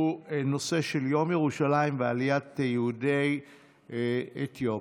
שהוא הנושא של יום ירושלים ועליית יהודי אתיופיה.